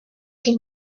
can